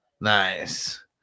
Nice